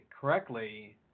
correctly